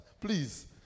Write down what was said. Please